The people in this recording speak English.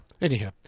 Anyhow